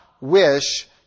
wish